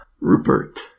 Rupert